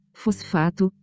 fosfato